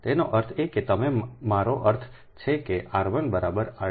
તેનો અર્થ એ કે તમે મારો અર્થ છે કે r 1 બરાબર r 2 બરાબર r છે